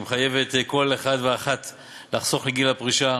שמחייבת כל אחד ואחת לחסוך לגיל הפרישה.